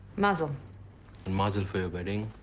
mazel. and mazel for your wedding.